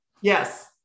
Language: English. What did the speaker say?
Yes